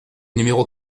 numéro